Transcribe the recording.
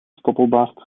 stoppelbaard